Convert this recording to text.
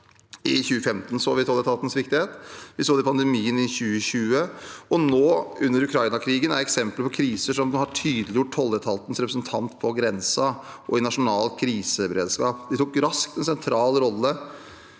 I 2015 så vi tolletatens viktighet, vi så det ved pandemien i 2020, og nå under Ukraina-krigen – det er eksempler på kriser som har tydeliggjort tolletatens rolle som representant på grensen i nasjonal kriseberedskap. De tok raskt en sentral rolle